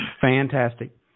Fantastic